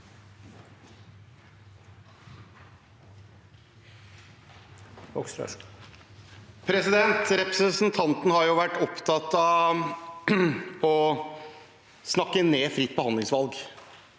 Representanten har vært opptatt av å snakke ned fritt behandlingsvalg.